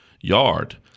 yard